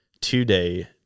today